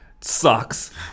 sucks